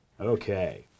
Okay